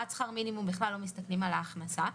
עד שכר מינימום בכלל לא מסתכלים על ההכנסה,